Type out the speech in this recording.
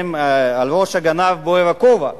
על ראש הגנב בוער הכובע.